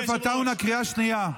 יוסף עטאונה, קריאה שנייה.